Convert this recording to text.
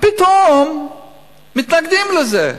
פתאום מתנגדים לזה.